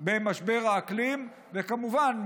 במשבר האקלים: כמובן,